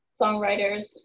songwriters